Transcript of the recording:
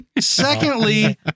Secondly